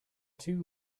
two